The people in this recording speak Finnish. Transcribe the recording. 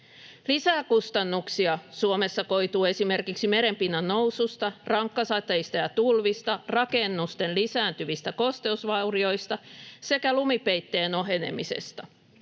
Lisää kustannuksia Suomessa koituu esimerkiksi merenpinnan noususta, rankkasateista ja tulvista, rakennusten lisääntyvistä kosteusvaurioista sekä lumipeitteen ohenemisesta.